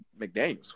McDaniels